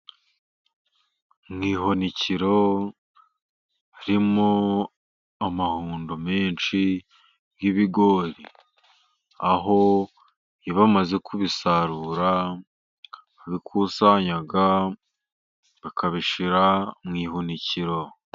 Mu ihunikiro harimo amahundo menshi y'ibigori, aho iyo bamaze kubisarura babikusanya bakabishyira mu ihunikiro.